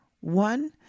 one